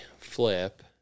flip